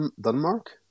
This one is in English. Denmark